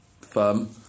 firm